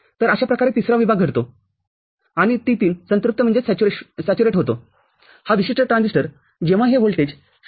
तरअशा प्रकारे तिसरा विभाग घडतो आणि T3संतृप्त होतोहा विशिष्ट ट्रान्झिस्टरजेव्हा हे व्होल्टेज ०